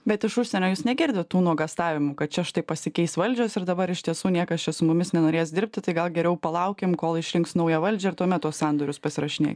bet iš užsienio jūs negirdit tų nuogąstavimų kad čia štai pasikeis valdžios ir dabar iš tiesų niekas čia su mumis nenorės dirbti tai gal geriau palaukim kol išrinks naują valdžią ir tuomet tuos sandorius pasirašinėt